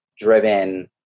driven